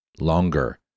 longer